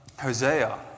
Hosea